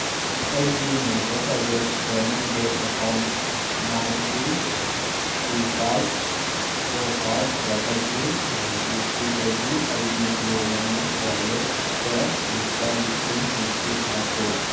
ꯑꯩꯒꯤ Madhya Pradesh Gramin bank account nine two two five four five double two nine two ꯊ꯭ꯔꯤꯗꯒꯤ ꯑꯩꯒꯤ ꯖꯤꯌꯣ ꯃꯅꯤ ꯋꯥꯂꯦꯠꯇ ꯂꯨꯄꯥ ꯂꯤꯁꯤꯡ ꯅꯤꯐꯨ ꯊꯥꯈꯣ